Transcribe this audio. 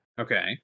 Okay